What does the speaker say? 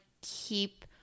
keep